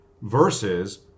versus